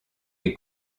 les